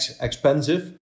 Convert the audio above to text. expensive